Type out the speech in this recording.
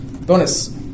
Bonus